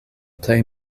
plej